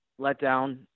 letdown